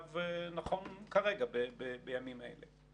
אתה מרוצה מהמענה שניתן ממטה ההסברה שאתה עומד בראשו כרגע בהעדר אחרים?